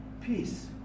peace